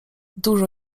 dużo